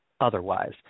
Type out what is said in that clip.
otherwise